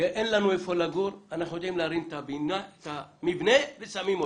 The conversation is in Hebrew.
כשאין לנו איפה לגור אנחנו יודעים להרים את המבנה ושמים אותו.